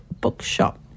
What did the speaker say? bookshop